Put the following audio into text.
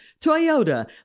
Toyota